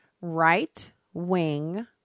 Right-wing